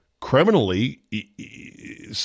criminally